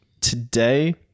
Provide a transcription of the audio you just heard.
today